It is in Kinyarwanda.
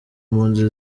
mpunzi